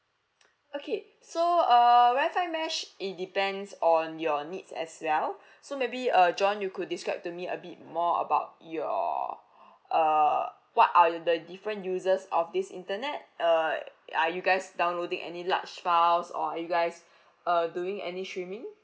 okay so uh wi-fi mesh it depends on your needs as well so maybe uh john you could describe to me a bit more about your err what are the different uses of this internet err are you guys downloading any large files or are you guys uh doing any streaming